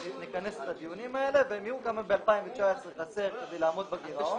ניכנס לדיונים האלה והם יהיו גם ב-2019 כדי לעמוד בגירעון.